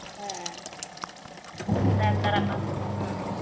ᱦᱮᱸ ᱛᱟᱭᱚᱢ ᱫᱟᱨᱟᱢ ᱟᱨᱦᱚᱸ ᱦᱩᱸ